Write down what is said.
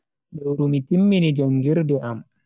Lewru je mi timmini jangirde am.